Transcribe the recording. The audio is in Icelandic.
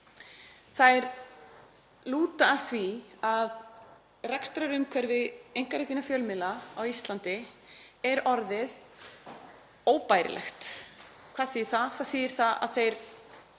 þær lúta að því að rekstrarumhverfi einkarekinna fjölmiðla á Íslandi er orðið óbærilegt. Hvað þýðir það? Það þýðir að þeir